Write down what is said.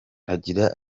agira